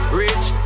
rich